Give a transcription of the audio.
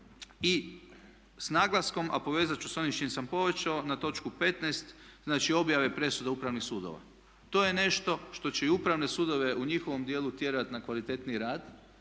i s naglaskom a povezati ću s onim s čime sam početo na točku 15, znači objave presuda upravnih sudova. To je nešto što će i upravne sudove u njihovom dijelu tjerati na kvalitetniji rad